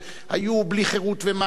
בלי חרות ומק"י.